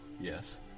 yes